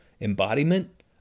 embodiment